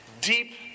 deep